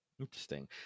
Interesting